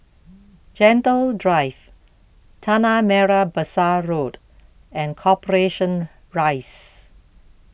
Gentle Drive Tanah Merah Besar Road and Corporation Rise